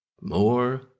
More